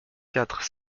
quatre